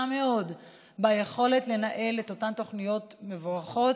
מאוד ביכולת לנהל את אותן תוכניות מבורכות,